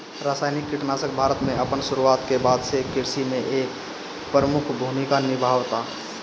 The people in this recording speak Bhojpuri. रासायनिक कीटनाशक भारत में अपन शुरुआत के बाद से कृषि में एक प्रमुख भूमिका निभावता